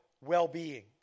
well-being